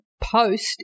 post